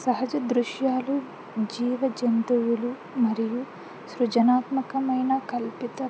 సహజ దృశ్యాలు జీవ జంతువులు మరియు సృజనాత్మకమైన కల్పిత